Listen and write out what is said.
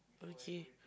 okay